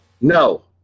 No